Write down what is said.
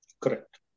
Correct